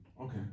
Okay